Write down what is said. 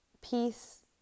peace